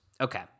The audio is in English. Okay